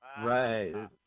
Right